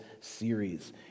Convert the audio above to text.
series